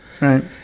Right